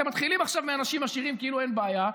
אתם מתחילים עכשיו מאנשים עשירים, כאילו אין בעיה.